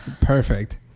Perfect